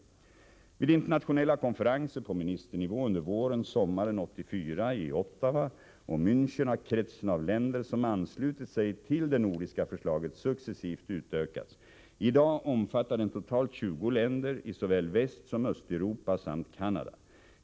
Vid internationella konferenser på ministernivå under våren-sommaren 1984 i Ottawa och Mänchen har kretsen av länder som anslutit sig till det nordiska förslaget successivt utökats. I dag omfattar konventionen totalt 20 länder i såväl Västsom Östeuropa samt Canada.